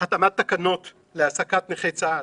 לגבי התאמת תקנות להעסקת נכי צה"ל